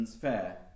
Fair